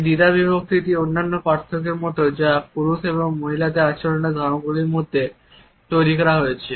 এই দ্বিধাবিভক্তিটি অন্যান্য পার্থক্যের মতো যা পুরুষ এবং মহিলাদের আচরণের ধরণগুলির মধ্যে তৈরি করা হয়েছে